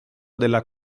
della